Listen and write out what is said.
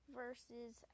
versus